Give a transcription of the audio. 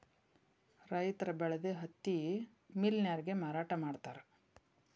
ರೈತರ ಬೆಳದ ಹತ್ತಿ ಮಿಲ್ ನ್ಯಾರಗೆ ಮಾರಾಟಾ ಮಾಡ್ತಾರ